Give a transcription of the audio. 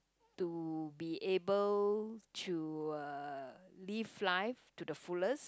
to be able to uh live life to the fullest